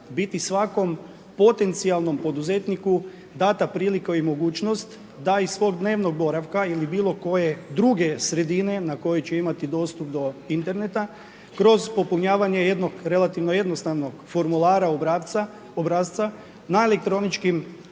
biti svakom potencijalnom poduzetniku dana prilika i mogućnost da iz svog dnevnog boravka ili bilo koje druge sredine na kojoj će imati dostup do interneta, kroz popunjavanje jednog relativno jednostavnog formulara, obrasca na elektronički